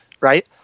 right